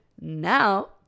now